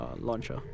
launcher